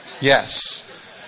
Yes